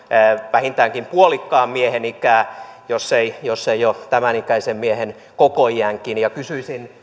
vähintäänkin puolikkaan miehen iän jos eivät jo tämän ikäisen miehen koko iänkin kysyisin